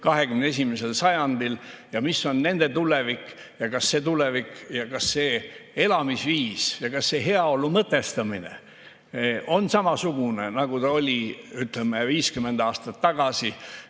21. sajandil, ja sellele, mis on nende tulevik. Kas see tulevik, see elamisviis ja see heaolu mõtestamine on samasugune, nagu ta oli, ütleme, 50 aastat tagasi?